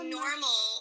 normal